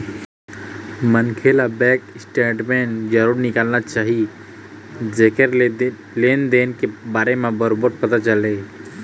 मनखे ल bank statement जरूर निकालना चाही जेखर ले लेन देन के बारे म बरोबर पता चलय